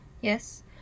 Yes